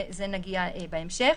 לזה נגיע בהמשך.